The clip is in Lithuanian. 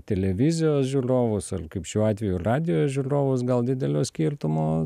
televizijos žiūrovus ar kaip šiuo atveju į radijo žiūrovus gal didelio skirtumo